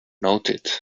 noted